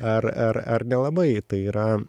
ar ar ar nelabai tai yra